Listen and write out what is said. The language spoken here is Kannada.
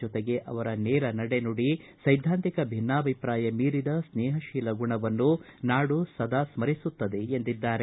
ಜೊತೆಗೆ ಅವರ ನೇರ ನಡೆ ನುಡಿ ಸೈದ್ಧಾಂತಿಕ ಭಿನ್ನಾಭಿಪ್ರಾಯ ಮೀರಿದ ಸ್ನೇಹತೀಲ ಗುಣವನ್ನು ನಾಡು ಸದಾ ಸ್ಕರಿಸುತ್ತದೆ ಎಂದಿದ್ದಾರೆ